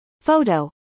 Photo